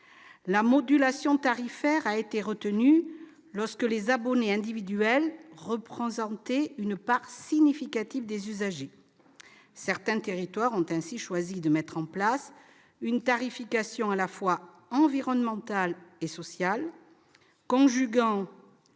La modulation tarifaire a été retenue lorsque les abonnés individuels représentaient une part significative des usagers. Certains territoires ont ainsi choisi de mettre en place une tarification à la fois environnementale et sociale, conjuguant